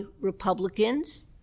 Republicans